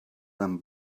them